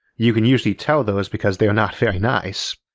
you can usually tell those because they're not very nice,